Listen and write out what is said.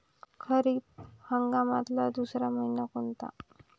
खरीप हंगामातला दुसरा मइना कोनता?